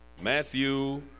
matthew